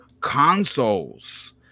consoles